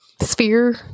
sphere